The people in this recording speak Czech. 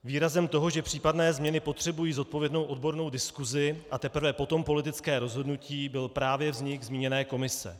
Výrazem toho, že případné změny potřebují zodpovědnou odbornou diskusi a teprve potom politické rozhodnutí, byl právě vznik zmíněné komise.